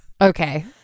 Okay